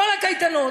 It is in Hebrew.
כל הקייטנות